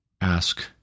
ask